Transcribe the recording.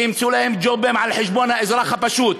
שימצאו להם ג'ובים על חשבון האזרח הפשוט.